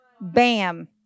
Bam